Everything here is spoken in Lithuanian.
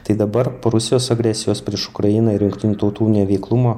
tai dabar po rusijos agresijos prieš ukrainą ir jungtinių tautų neveiklumą